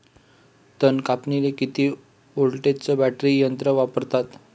तन कापनीले किती व्होल्टचं बॅटरी यंत्र वापरतात?